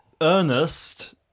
Ernest